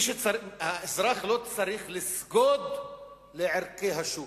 האזרח לא צריך לסגוד לערכי השוק,